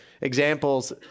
examples